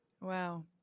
Wow